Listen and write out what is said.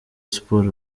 sports